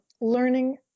learning